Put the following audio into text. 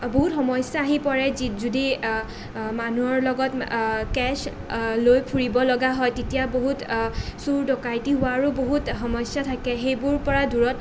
বহুত সমস্যা আহি পৰে মানুহৰ লগত কেচ লৈ ফুৰিব লগা হয় তেতিয়া বহুত চোৰ ডকাইটি হোৱাৰো বহুত সমস্যা থাকে সেইবোৰ পৰা দূৰত